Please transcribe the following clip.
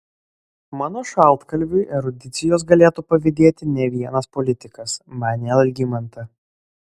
mano šaltkalviui erudicijos galėtų pavydėti ne vienas politikas manė algimanta